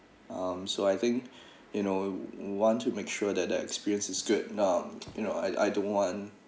um so I think you know we want to make sure that the experience is good you know you know I I don't want